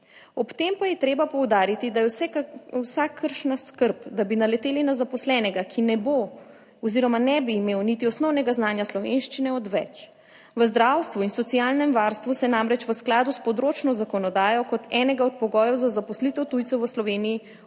Ob tem pa je treba poudariti, da je vsakršna skrb, da bi naleteli na zaposlenega, ki ne bo oziroma ne bi imel niti osnovnega znanja slovenščine, odveč. V zdravstvu in socialnem varstvu se namreč v skladu s področno zakonodajo kot enega od pogojev za zaposlitev tujcev v Sloveniji ohranja